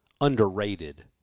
underrated